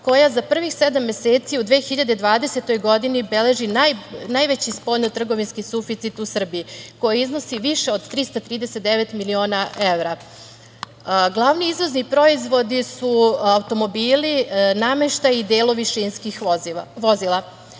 koja za prvih sedam meseci u 2020. godini beleži najveći spoljno-trgovinski suficit u Srbiji koji iznosi više od 339 miliona evra. Glavni izvozni proizvodi su automobili, nameštaj, delovi šinskih